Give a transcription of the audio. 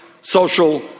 social